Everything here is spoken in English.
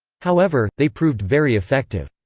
however, they proved very effective.